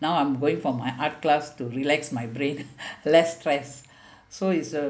now I'm going for my art class to relax my brain less stress so it's